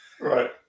Right